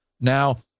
Now